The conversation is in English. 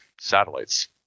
satellites